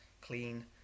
clean